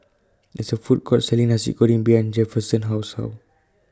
There IS A Food Court Selling Nasi Goreng behind Jefferson's House Hall